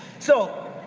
so,